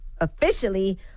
officially